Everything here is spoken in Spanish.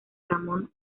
ramón